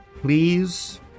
please